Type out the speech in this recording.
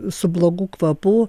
su blogu kvapu